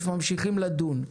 ממשיכים לדון.